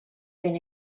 been